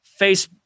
Facebook